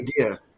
idea